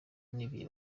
n’ibihe